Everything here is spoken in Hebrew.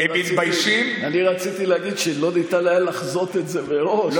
אני רציתי להגיד שלא ניתן היה לחזות את זה מראש,